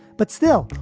but still,